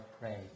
pray